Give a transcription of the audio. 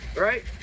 right